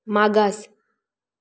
मागास